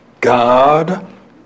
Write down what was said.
God